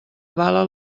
avala